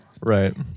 Right